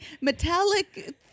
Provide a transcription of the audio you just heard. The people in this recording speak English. metallic